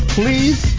please